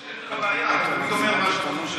יש לך בעיה, אתה תמיד אומר מה שאתה חושב.